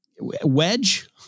Wedge